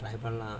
what happen lah